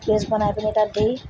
paste বনাই পিনে তাত দি